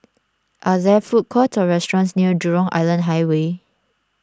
are there food court restaurants near Jurong Island Highway